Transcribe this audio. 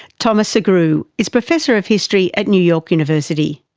thomas sugrue is professor of history at new york university.